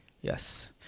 Yes